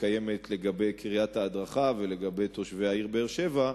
כפי שהיא קיימת לגבי קריית ההדרכה ולגבי תושבי העיר באר-שבע.